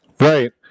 Right